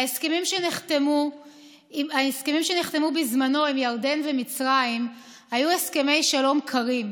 ההסכמים שנחתמו בזמנו עם ירדן ומצרים היו הסכמי שלום קרים.